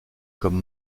comme